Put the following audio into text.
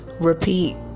repeat